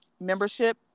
membership